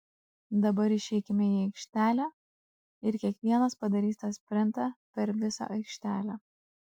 dabar išeikime į aikštelę ir kiekvienas padarys tą sprintą per visą aikštelę